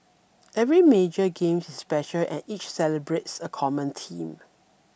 every major games is special and each celebrates a common theme